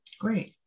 great